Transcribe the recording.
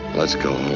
let's go.